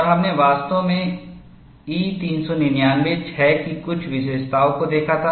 और हमने वास्तव में E 399 06 की कुछ विशेषताओं को देखा था